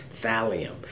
thallium